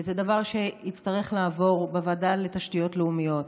וזה דבר שיצטרך לעבור בוועדה לתשתיות לאומיות,